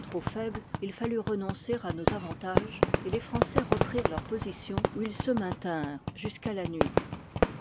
trop foibles il fallut renoncer à nos avantages et les français reprirent leur position où ilsr se maintinrent jusqu'à la nuit